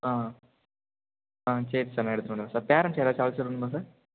ஆ ஆ சரி சார் நான் எடுத்துகிட்டு வந்துடுறேன் சார் பேரெண்ட்ஸ் யாராச்சும் அழைச்சுட்டு வரணுமா சார்